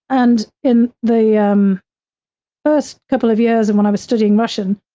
and in the um first couple of years, and when i was studying russian,